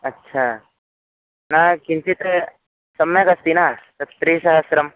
अच्छा न किञ्चित् सम्यगस्ति न तत् त्रिसहस्रम्